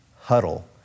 huddle